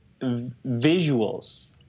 visuals